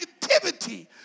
negativity